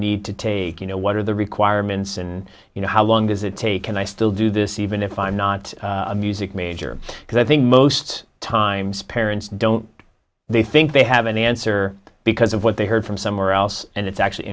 need to take you know what are the requirements and you know how long does it take and i still do this even if i'm not a music major because i think most times parents don't they think they have an answer because of what they heard from somewhere else and it's actually